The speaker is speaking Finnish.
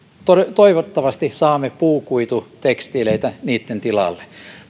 toivottavasti saamme puukuitutekstiileitä niitten tilalle